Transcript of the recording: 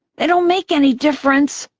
they don't make any difference!